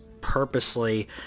purposely